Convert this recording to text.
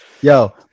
Yo